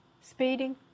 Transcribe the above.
Speeding